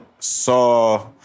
saw